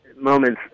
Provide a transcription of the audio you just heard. moments